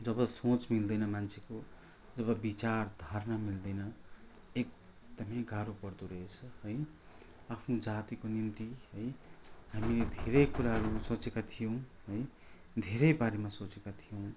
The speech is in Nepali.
जब सोच मिल्दैन मान्छेको जब विचार धारणा मिल्दैन एकदमै गाह्रो पर्दोरहेछ है आफ्नो जातिको निम्ति है हामीले धेरै कुराहरू सोचेका थियौँ है धेरैबारेमा सोचेका थियौँ